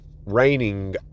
raining